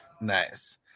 nice